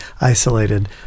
isolated